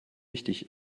wichtig